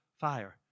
fire